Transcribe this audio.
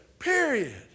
Period